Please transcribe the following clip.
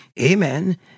Amen